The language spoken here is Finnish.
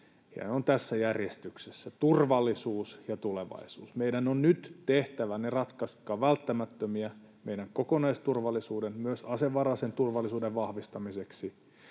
ne ovat tässä järjestyksessä: turvallisuus ja tulevaisuus. Meidän on nyt tehtävä ne ratkaisut, jotka ovat välttämättömiä meidän kokonaisturvallisuuden, myös asevaraisen turvallisuuden, vahvistamiseksi,